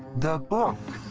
the book!